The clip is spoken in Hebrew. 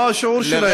מה השיעור שלהם?